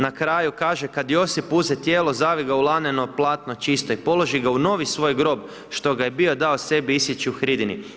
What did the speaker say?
Na kraju kaže: „Kad Josip uze tijelo zavi ga u laneno platno čisto i položi ga u novi svoj grob što ga je bio dao sebi isjeći u hridini.